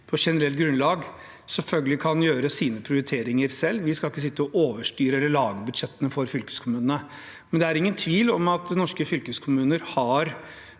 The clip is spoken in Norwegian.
på generelt grunnlag kan gjøre sine prioriteringer selv. Vi skal ikke sitte og overstyre eller lage budsjettene for fylkeskommunene. Men det er ingen tvil om at norske fylkeskommuner har